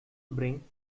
bring